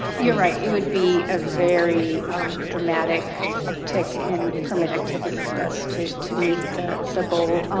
you're right, it would be a very dramatic uptick and permit activity for us to to meet the the goal.